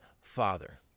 Father